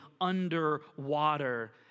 underwater